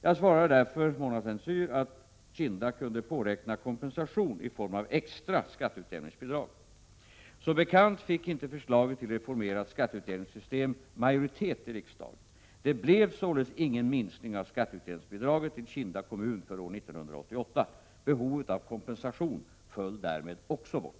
Jag svarade därför Mona Saint Cyr att Kinda kunde påräkna kompensation i form av extra skatteutjämningsbidrag. Som bekant fick inte förslaget till reformerat skatteutjämningssystem majoritet i riksdagen. Det blev således ingen minskning av skatteutjämningsbidraget till Kinda kommun för år 1988. Behovet av kompensation föll därmed också bort.